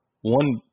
one